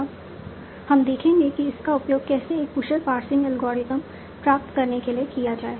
अब हम देखेंगे कि इसका उपयोग कैसे एक कुशल पार्सिंग एल्गोरिथ्म प्राप्त करने के लिए किया जाए